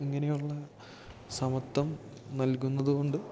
ഇങ്ങനെയൊള്ള സമത്ത്വം നൽകുന്നതുകൊണ്ട്